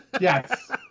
Yes